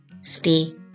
stay